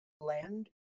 land